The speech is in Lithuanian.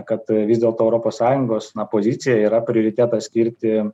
kad vis dėlto europos sąjungos na pozicija yra prioritetas skirti